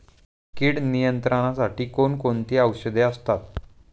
कीड नियंत्रणासाठी कोण कोणती औषधे असतात?